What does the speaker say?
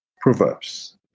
Proverbs